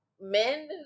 men